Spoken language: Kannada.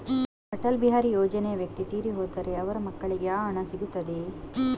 ಅಟಲ್ ಬಿಹಾರಿ ಯೋಜನೆಯ ವ್ಯಕ್ತಿ ತೀರಿ ಹೋದರೆ ಅವರ ಮಕ್ಕಳಿಗೆ ಆ ಹಣ ಸಿಗುತ್ತದೆಯೇ?